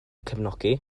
cefnogi